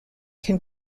can